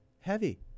heavy